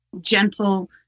gentle